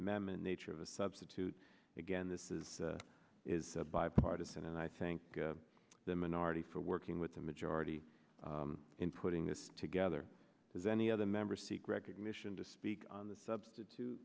amendment nature of a substitute again this is is a bipartisan and i think the minority for working with the majority in putting this together as any other member seek recognition to speak on the substitute